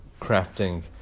crafting